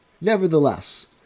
Nevertheless